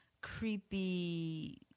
creepy